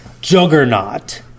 juggernaut